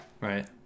Right